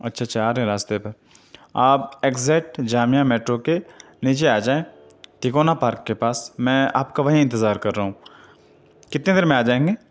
اچھا اچھا آ رہے ہیں راستے پر آپ ایگزیکٹ جامعہ میٹر کے نیچے آ جائیں تکونا پارک کے پاس میں آپ کا وہیں انتظار کر رہا ہوں کتنے دیر میں آ جائیں گے